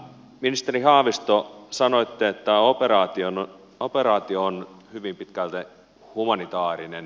ministeri haavisto sanoitte että operaatio on hyvin pitkälle humanitaarinen